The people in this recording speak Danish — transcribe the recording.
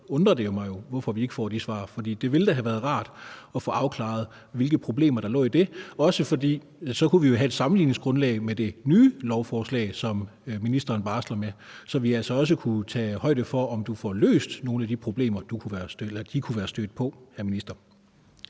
undrer det mig jo, at vi ikke får de svar. For det ville da have været rart at få afklaret, hvilke problemer der lå i det, også fordi vi så kunne have et sammenligningsgrundlag med det nye lovforslag, som ministeren barsler med, så vi altså også kunne tage højde for, om ministeren får løst nogle af de problemer, ministeren kunne være stødt på. Kl.